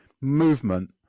movement